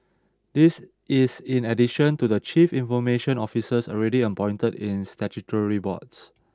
this is in addition to the chief information officers already appointed in statutory boards